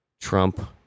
Trump